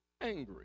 angry